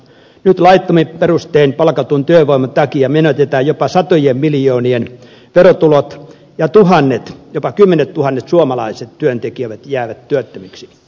nyt laittomin perustein palkatun työvoiman takia menetetään jopa satojen miljoonien verotulot ja tuhannet jopa kymmenettuhannet suomalaiset työntekijät jäävät työttömiksi